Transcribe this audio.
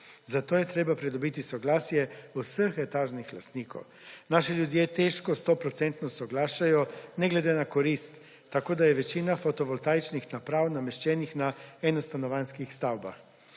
zato je treba pridobiti soglasje vseh etažnih lastnikov. Naši ljudje težko sto procentno soglašajo, ne glede na korist, tako da je večina fotovoltaičnih naprav nameščenih na enostanovanjskih stavbah.